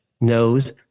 knows